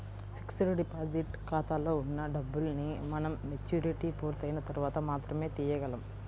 fixed deposit ఖాతాలో ఉన్న డబ్బుల్ని మనం మెచ్యూరిటీ పూర్తయిన తర్వాత మాత్రమే తీయగలం